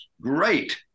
Great